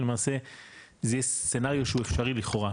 למעשה זה יהיה סינריו שהוא אפשרי לכאורה,